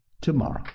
tomorrow